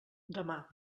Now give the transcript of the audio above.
demà